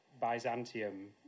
Byzantium